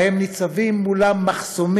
שבו הם ניצבים מול מחסומים,